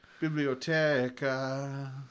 biblioteca